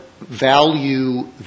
value